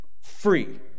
free